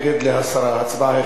ההצבעה החלה, בבקשה, רבותי.